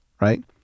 Right